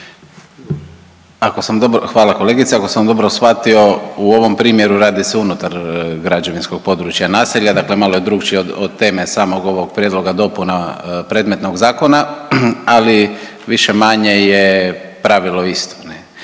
Hvala kolegice. Ako sam dobro shvatio u ovom primjeru radi se unutar građevinskog područja naselja, dakle malo je drukčije od teme samog ovog prijedloga dopuna predmetnog zakona, ali više-manje je pravilo isto